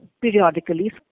periodically